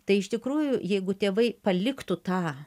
tai iš tikrųjų jeigu tėvai paliktų tą